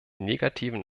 negativen